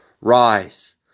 Rise